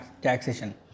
taxation